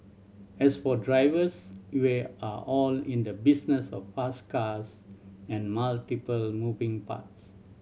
as for drivers we are all in the business of fast cars and multiple moving parts